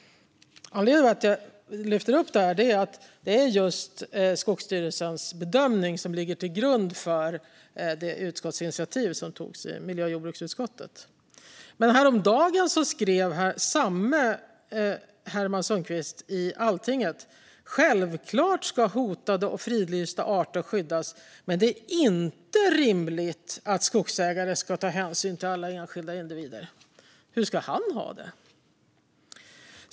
Anledningen till att jag lyfter upp detta är att det är Skogsstyrelsens bedömning som ligger till grund för det utskottsinitiativ som togs i miljö och jordbruksutskottet. Häromdagen skrev samme Herman Sundqvist i Altinget: "Självklart ska fridlysta och hotade arter skyddas, men det är inte rimligt att skogsägare ska ta hänsyn till alla enskilda individer." Hur ska han ha det?